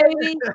baby